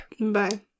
Bye